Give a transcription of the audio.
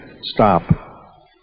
stop